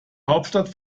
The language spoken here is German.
hauptstadt